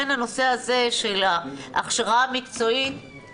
הנושא הזה של ההכשרה המקצועית,